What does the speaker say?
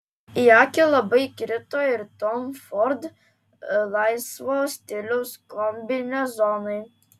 į akį labai krito ir tom ford laisvo stiliaus kombinezonai